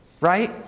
Right